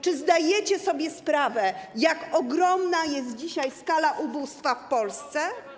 Czy zdajecie sobie sprawę z tego, jak ogromna jest dzisiaj skala ubóstwa w Polsce?